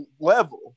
level